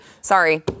Sorry